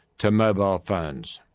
to mobile phones.